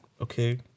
Okay